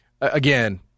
again